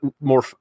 more